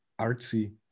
artsy